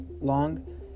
long